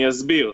אני אסביר,